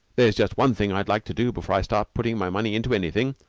there's just one thing i'd like to do before i start putting my money into anything.